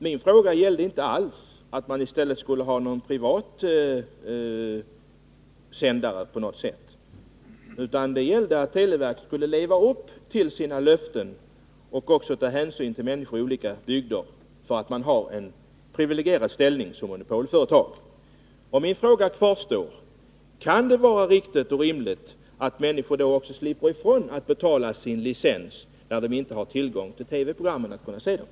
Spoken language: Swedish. Min fråga gällde inte alls att man i stället skulle ha någon privat sändare utan att televerket skall leva upp till sina löften och ta hänsyn till människor i olika bygder, just därför att televerket har en priviligierad ställning som monopolföretag. Min fråga kvarstår: Kan det inte vara riktigt och rimligt att människor också slipper betala sin licens när de inte har möjlighet att se televisionsprogrammen?